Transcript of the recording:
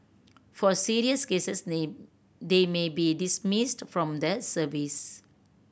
for serious cases they may be dismissed from the service